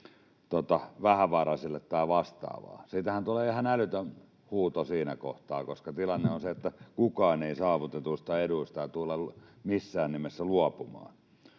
vähävaraisille tai vastaaville? Siitähän tulee ihan älytön huuto siinä kohtaa, koska tilanne on se, että kukaan ei saavutetuista eduista tule missään nimessä luopumaan.